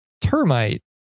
termite